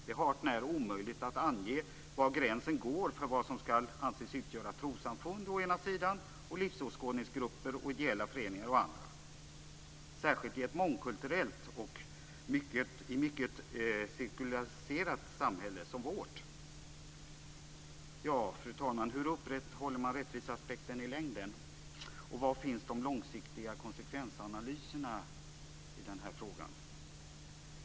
Det är hart när omöjligt att ange var gränsen går för vad som ska anses utgöra trossamfund å ena sidan, livsåskådningsgrupper och ideella föreningar å andra sidan, särskilt i ett mångkulturellt och mycket sekulariserat samhälle som vårt. Fru talman! Hur upprätthåller man rättviseaspekten i längden, och var finns de långsiktiga konsekvensanalyserna i den här frågan?